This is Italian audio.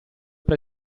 per